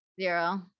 zero